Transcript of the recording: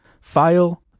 File